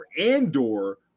Andor